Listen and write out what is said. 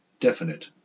definite